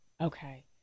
Okay